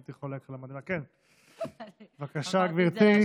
כן, בבקשה, גברתי.